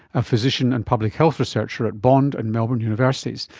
a physician and public health researcher at bond and melbourne universities.